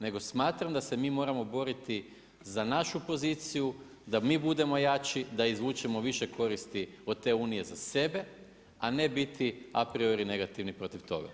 Nego smatram, da se mi moramo boriti za našu poziciju, da mi budemo jači, da izvučemo više koristi od te Unije za sebe, a ne biti apriorni ili negativni protiv toga.